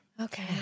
Okay